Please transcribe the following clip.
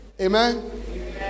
Amen